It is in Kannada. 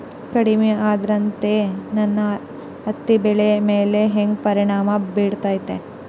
ಕಡಮಿ ಆದ್ರತೆ ನನ್ನ ಹತ್ತಿ ಬೆಳಿ ಮ್ಯಾಲ್ ಹೆಂಗ್ ಪರಿಣಾಮ ಬಿರತೇತಿ?